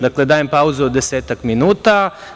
Dakle, dajemo pauzu od desetak minuta.